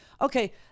Okay